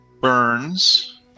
burns